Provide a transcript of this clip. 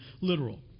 literal